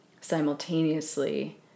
simultaneously